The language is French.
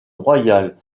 royale